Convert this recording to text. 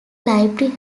library